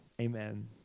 amen